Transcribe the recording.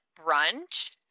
Brunch